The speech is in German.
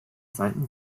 seiten